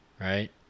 Right